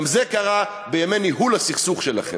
גם זה קרה בימי ניהול הסכסוך שלכם.